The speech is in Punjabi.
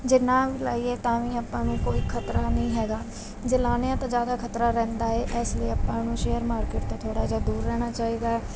ਜੇ ਨਾ ਵੀ ਲਗਾਈਏ ਤਾਂ ਵੀ ਆਪਾਂ ਨੂੰ ਕੋਈ ਖ਼ਤਰਾ ਨਹੀਂ ਹੈਗਾ ਜੇ ਲਗਾਉਂਦੇ ਹਾਂ ਤਾਂ ਜ਼ਿਆਦਾ ਖ਼ਤਰਾ ਰਹਿੰਦਾ ਹੈ ਇਸ ਲਈ ਆਪਾਂ ਨੂੰ ਸ਼ੇਅਰ ਮਾਰਕੀਟ ਤੋਂ ਥੋੜ੍ਹਾ ਜਿਹਾ ਦੂਰ ਰਹਿਣਾ ਚਾਹੀਦਾ ਹੈ